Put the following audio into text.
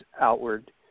outward